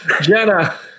Jenna